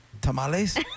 Tamales